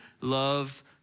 love